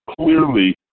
clearly